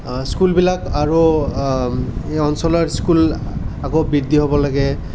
স্কুলবিলাক আৰু এই অঞ্চলৰ স্কুল আকৌ বৃদ্ধি হ'ব লাগে